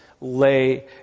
lay